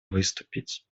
выступить